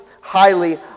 highly